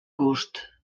gust